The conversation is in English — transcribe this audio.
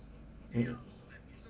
ya